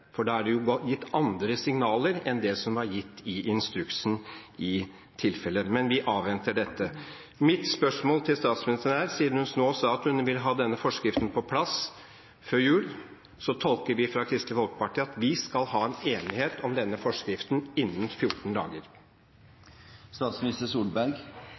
Men vi avventer dette. Mitt spørsmål er: Siden statsministeren nå sa at hun vil ha denne forskriften på plass før jul, så tolker vi i Kristelig Folkeparti det slik at vi skal ha en enighet om denne forskriften innen 14 dager.